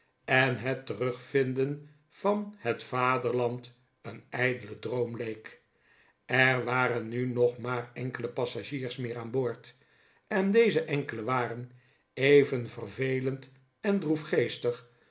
en het terugvinden van het vaderland een ijdele droom leek er waren nu nog maar enkele passagiers meer aan boord en deze enkelen waren even vervelend en